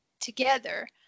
together